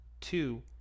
Two